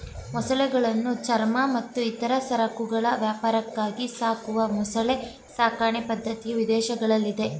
ಮೊಸಳೆಗಳನ್ನು ಚರ್ಮ ಮತ್ತು ಇತರ ಸರಕುಗಳ ವ್ಯಾಪಾರಕ್ಕಾಗಿ ಸಾಕುವ ಮೊಸಳೆ ಸಾಕಣೆ ಪದ್ಧತಿಯು ವಿದೇಶಗಳಲ್ಲಿದೆ